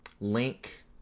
link